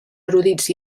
erudits